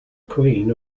queen